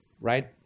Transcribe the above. right